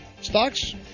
Stocks